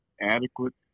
adequate